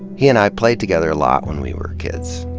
he and i played together a lot when we were kids,